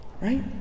Right